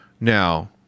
Now